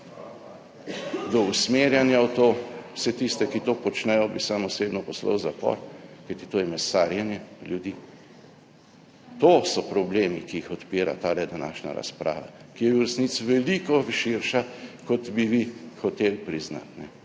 do usmerjanja v to, vse tiste, ki to počnejo, bi sam osebno poslal v zapor, kajti to je mesarjenje ljudi. To so problemi, ki jih odpira ta današnja razprava. Ki je v resnici veliko širša, kot bi vi hoteli priznati.